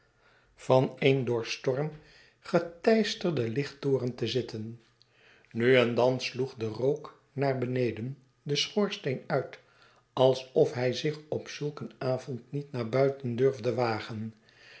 van een door storm geteisterden lichttoren te zitten nu en dan sloeg de rook naar beneden den schoorsteen uit alsof hij zich op zulk een avond niet naar buiten durfde wagen